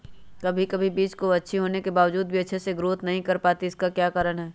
कभी बीज अच्छी होने के बावजूद भी अच्छे से नहीं ग्रोथ कर पाती इसका क्या कारण है?